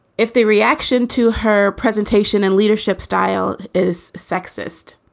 if the reaction to her presentation and leadership style is sexist,